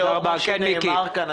לאור מה שנאמר כאן,